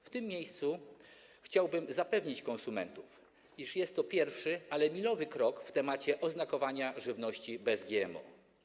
W tym miejscu chciałbym zapewnić konsumentów, iż jest to pierwszy, ale milowy krok w temacie oznakowania żywności bez GMO.